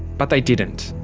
but they didn't.